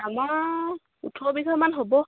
আমাৰ ওঠৰ বিঘামান হ'ব